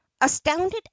Astounded